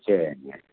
சரிங்க